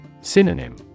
Synonym